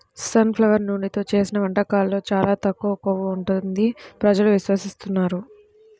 sun flower నూనెతో చేసిన వంటకాల్లో చాలా తక్కువ కొవ్వు ఉంటుంది ప్రజలు విశ్వసిస్తున్నారు